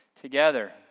together